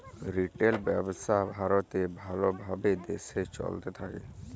retail ব্যবসা ভারতে ভাল ভাবে দেশে চলতে থাক্যে